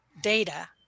data